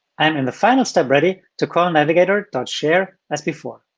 i'm in the final step ready to call navigator share as before.